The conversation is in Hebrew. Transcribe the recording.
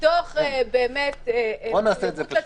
מתוך מחויבות לציבור,